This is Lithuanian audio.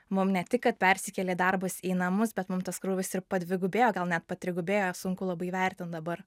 mum ne tik kad persikėlė darbas į namus bet mum tas krūvis ir padvigubėjo gal net patrigubėjo sunku labai vertint dabar